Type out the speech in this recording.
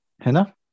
Hannah